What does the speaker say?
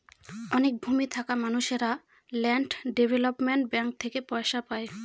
অনেক ভূমি থাকা মানুষেরা ল্যান্ড ডেভেলপমেন্ট ব্যাঙ্ক থেকে পয়সা পায়